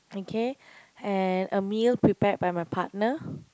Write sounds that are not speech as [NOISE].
okay [BREATH] and a meal prepared by my partner